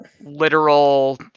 literal